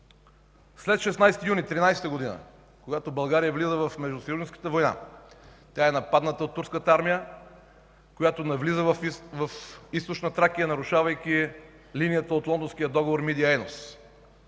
След 16 юни 1913 г., когато България влиза в Междусъюзническата война, тя е нападната от турската армия, която навлиза в Източна Тракия, нарушавайки линията от Лондонския договор Мидия – Енос.